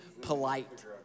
polite